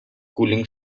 cooling